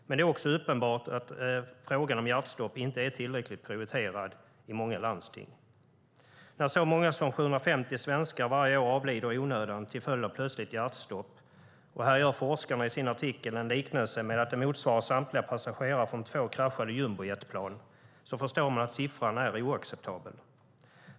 Men det är också uppenbart att frågan om hjärtstopp inte är tillräckligt prioriterad i många landsting när så många som 750 svenskar varje år avlider i onödan till följd av plötsligt hjärtstopp. Här gör forskarna i sin artikel en liknelse med att det motsvarar samtliga passagerare från två kraschade jumbojetplan. Då förstår man att siffran är oacceptabel.